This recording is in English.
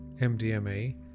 MDMA